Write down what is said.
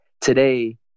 today